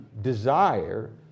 desire